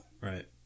Right